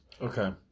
Okay